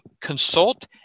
consult